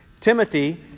Timothy